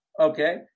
okay